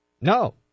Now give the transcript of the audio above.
No